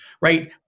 right